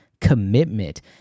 commitment